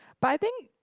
but I think